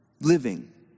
living